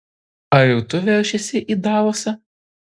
ar ir tu veršiesi į davosą